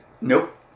Nope